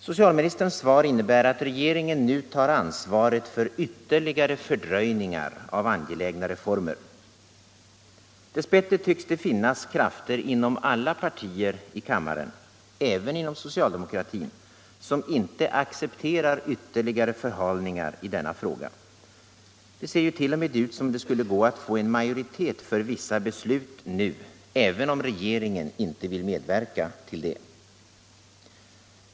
Socialministerns svar innebär att regeringen nu tar ansvaret för ytterligare fördröjningar av angelägna reformer. Dess bättre tycks det finnas krafter inom alla partier i kammaren — även inom socialdemokratin — som inte accepterar ytterligare förhalningar i denna fråga. Det ser t.o.m. ut som om det skulle gå att få en majoritet för vissa beslut nu, även om regeringen inte vill medverka till dem.